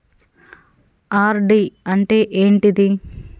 RD అంటే ఏంటిది?